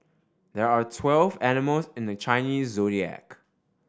there are twelve animals in the Chinese Zodiac